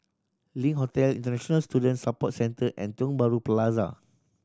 Link Hotel International Student Support Centre and Tiong Bahru Plaza